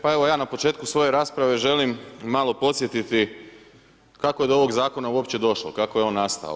Pa evo ja na početku svoje rasprave želim malo podsjetiti kako je do ovog zakona uopće došlo, kako je on nastao.